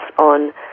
on